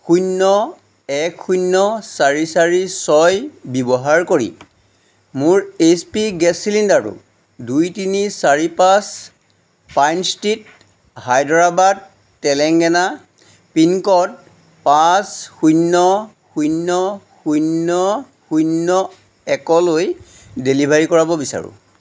শূন্য এক শূন্য চাৰি চাৰি ছয় ব্যৱহাৰ কৰি মোৰ এইচ পি গেছ চিলিণ্ডাৰটো দুই তিনি চাৰি পাঁচ pine street Hyderabad Telangana pin code পাঁচ শূন্য শূন্য শূন্য শূন্য একলৈ ডেলিভাৰী কৰাব বিচাৰোঁ